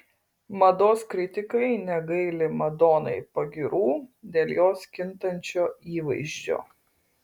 mados kritikai negaili madonai pagyrų dėl jos kintančio įvaizdžio